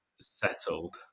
settled